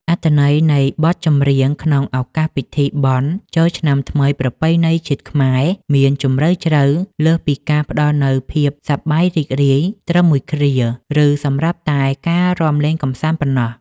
អត្ថន័យនៃបទចម្រៀងក្នុងឱកាសពិធីបុណ្យចូលឆ្នាំថ្មីប្រពៃណីជាតិខ្មែរ មានជម្រៅជ្រៅលើសពីការផ្ដល់នូវភាពសប្បាយរីករាយត្រឹមមួយគ្រា ឬសម្រាប់តែការរាំលេងកម្សាន្តប៉ុណ្ណោះ។